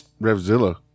RevZilla